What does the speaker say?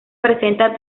presenta